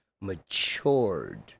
matured